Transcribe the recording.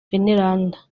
veneranda